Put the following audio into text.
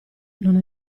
non